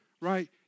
right